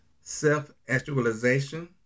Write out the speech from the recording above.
self-actualization